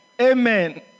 Amen